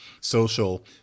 social